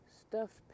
stuffed